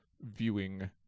viewing